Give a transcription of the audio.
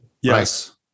Yes